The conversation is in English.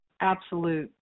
absolute